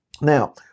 Now